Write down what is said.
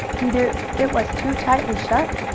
either it was too tightly shut,